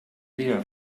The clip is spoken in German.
wieder